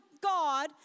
God